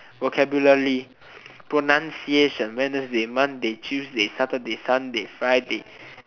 vocabulary pronunciation wednesday monday tuesday saturday sunday friday